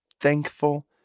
thankful